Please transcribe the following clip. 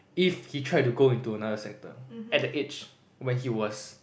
if he tried to go into another sector at the age where he was